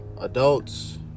Adults